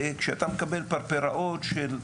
לבין מצב שבו אתה מקבל פרפראות של: